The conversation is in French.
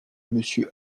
monsieur